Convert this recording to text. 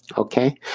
okay?